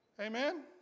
Amen